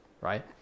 right